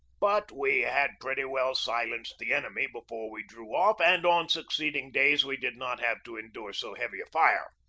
but we had pretty well silenced the enemy before we drew off, and on succeeding days we did not have to endure so heavy a fire.